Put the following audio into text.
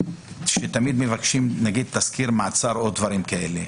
שתמיד מבקשים תסקיר מעצר ואולי עוד דברים כאלה.